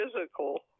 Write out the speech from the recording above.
physical